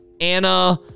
Anna